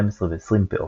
12 ו־20 פאות,